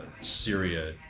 Syria